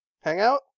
Hangout